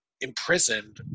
imprisoned